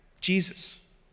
Jesus